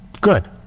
Good